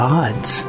odds